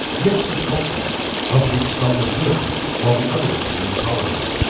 mix of cultures of which some were good while the others were intolerable.